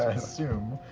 assume.